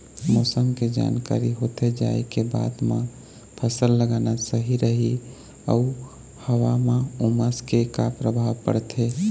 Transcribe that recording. मौसम के जानकारी होथे जाए के बाद मा फसल लगाना सही रही अऊ हवा मा उमस के का परभाव पड़थे?